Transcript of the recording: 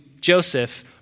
Joseph